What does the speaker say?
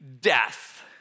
death